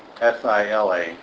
s-i-l-a